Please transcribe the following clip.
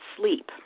sleep